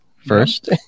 first